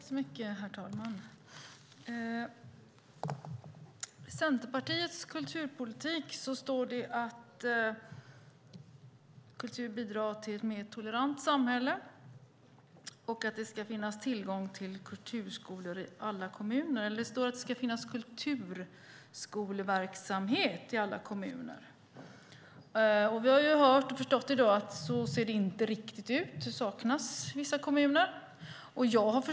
Herr talman! I Centerpartiets kulturpolitik står det att kultur bidrar till ett mer tolerant samhälle och att det ska finnas kulturskoleverksamhet i alla kommuner. Vi har förstått och hört här i dag att det inte ser ut riktigt så. Det saknas i vissa kommuner.